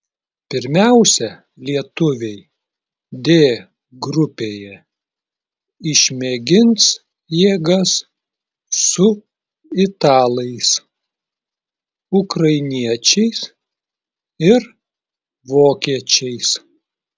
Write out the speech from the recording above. pirmiausia lietuviai d grupėje išmėgins jėgas su italais ukrainiečiais ir vokiečiais